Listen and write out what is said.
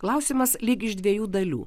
klausimas lyg iš dviejų dalių